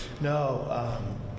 No